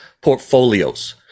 portfolios